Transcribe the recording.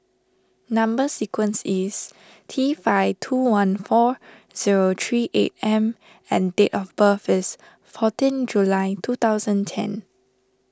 Number Sequence is T five two one four zero three eight M and date of birth is fourteen July two thousand ten